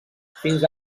fins